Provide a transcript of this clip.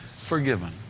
forgiven